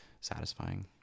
satisfying